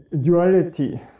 duality